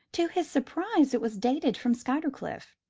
to his surprise it was dated from skuytercliff,